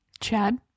Chad